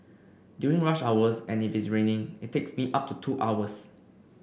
during rush hours and if it's raining it takes me up to two hours